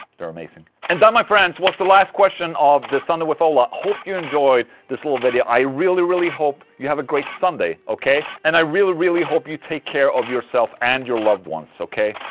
they're amazing. and that, my friends, was the last question of the sunday with ola hope you enjoyed this little video, i really really hope you have a great sunday, ok? and i really really hope you take care of yourself and your loved ones, ok?